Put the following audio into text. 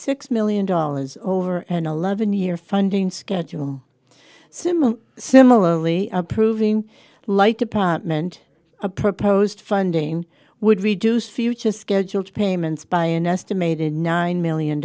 six million dollars over and eleven year funding schedule similar similarly approving like department a proposed funding would reduce future scheduled payments by an estimated nine million